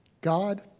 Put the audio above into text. God